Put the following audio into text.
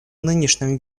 нынешнем